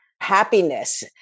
happiness